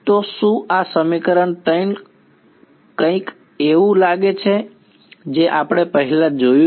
તો શું આ સમીકરણ 3 કંઈક એવું લાગે છે જે આપણે પહેલા જોયું છે